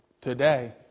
today